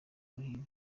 ruhire